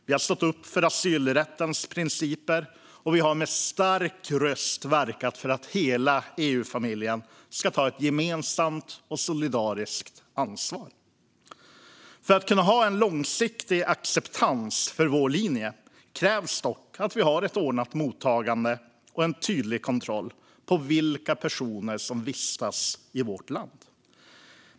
Vi har stått upp för asylrättens principer, och vi har med stark röst verkat för att hela EU-familjen ska ta ett gemensamt och solidariskt ansvar. För att kunna ha en långsiktig acceptans för vår linje krävs dock att vi har ett ordnat mottagande och en tydlig kontroll på vilka personer som vistas i vårt land.